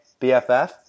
BFF